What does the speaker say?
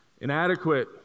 inadequate